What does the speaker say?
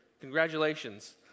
Congratulations